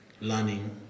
learning